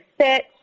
sit